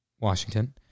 Washington